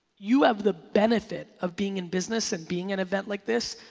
you have the benefit of being in business and being an event like this,